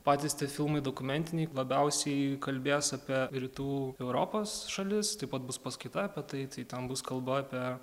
patys tie filmai dokumentiniai labiausiai kalbės apie rytų europos šalis taip pat bus paskaita apie tai ten bus kalba apie